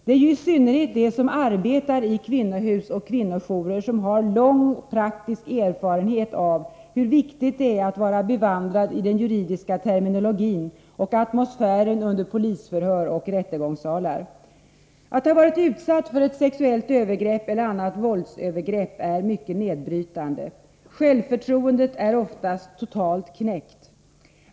Det är ju i synnerhet de som arbetar i kvinnohus och kvinnojourer som har lång praktisk erfarenhet av hur viktigt det är att vara bevandrad i den juridiska terminologin och atmosfären under polisförhör och i rättegångssalar. Att ha varit utsatt för ett sexuellt övergrepp eller annat våldsövergrepp är mycket nedbrytande. Självförtroendet är oftast totalt knäckt.